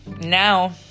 now